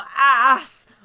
ass